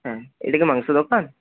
হ্যাঁ এটা কি মাংস দোকান